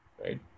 right